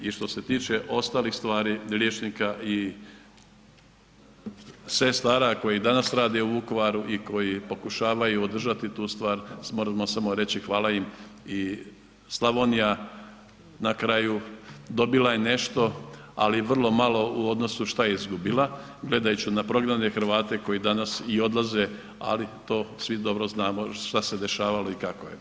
I što se tiče ostalih stvari, liječnika i sestara koje danas rade u Vukovaru i koji pokušavaju održati tu stvar moramo samo reći hvala im i Slavonija na kraju dobila je nešto ali vrlo malo u odnosu što je izgubila gledajući na prognane Hrvate koji danas i odlaze ali to svi dobro znamo što se dešavalo i kako je.